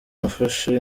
nafashe